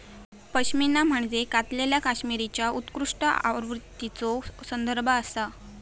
पश्मिना म्हणजे कातलेल्या कश्मीरीच्या उत्कृष्ट आवृत्तीचो संदर्भ आसा